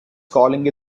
calling